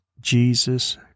Jesus